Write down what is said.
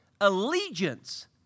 allegiance